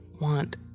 want